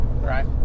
Right